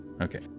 Okay